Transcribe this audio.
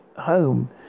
home